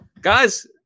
guys